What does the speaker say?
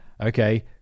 okay